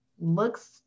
looks